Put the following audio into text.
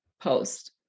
post